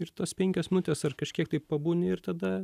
ir tos penkios minutės ar kažkiek tai pabūni ir tada